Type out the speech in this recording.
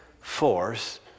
force